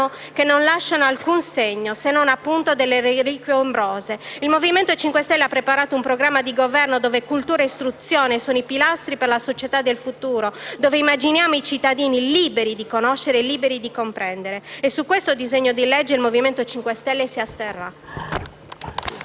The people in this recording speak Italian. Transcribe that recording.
che non lasciano alcun segno, se non - appunto - delle reliquie ombrose. Il Movimento 5 Stelle ha preparato un programma di Governo dove cultura e istruzione sono i pilastri della società del futuro, in cui immaginiamo i cittadini liberi di conoscere e comprendere. Sul disegno di legge in esame il Movimento 5 Stelle si asterrà.